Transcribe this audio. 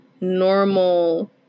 normal